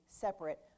separate